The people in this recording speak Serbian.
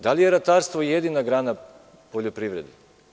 Da li je ratarstvo jedina grana poljoprivrede?